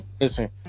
Listen